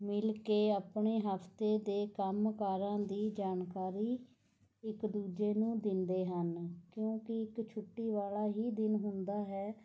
ਮਿਲ ਕੇ ਆਪਣੇ ਹਫਤੇ ਦੇ ਕੰਮਕਾਰਾਂ ਦੀ ਜਾਣਕਾਰੀ ਇੱਕ ਦੂਜੇ ਨੂੰ ਦਿੰਦੇ ਹਨ ਕਿਉਂਕਿ ਇਕ ਛੁੱਟੀ ਵਾਲ਼ਾ ਹੀ ਦਿਨ ਹੁੰਦਾ ਹੈ